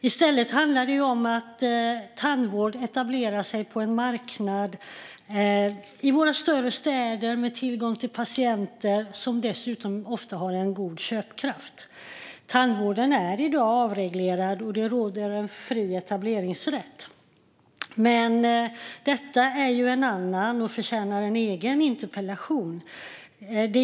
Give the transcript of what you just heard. I stället handlar det om att tandvård etablerar sig på en marknad i våra större städer med tillgång på patienter som dessutom ofta har en god köpkraft. Tandvården är i dag avreglerad, och det råder fri etableringsrätt för den. Men detta förtjänar en annan och egen interpellation.